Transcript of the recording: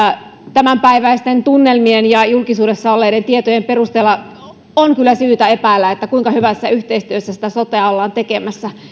tämänpäiväisten tunnelmien ja julkisuudessa olleiden tietojen perusteella on kyllä syytä epäillä kuinka hyvässä yhteistyössä sitä sotea ollaan tekemässä